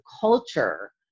culture